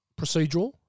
procedural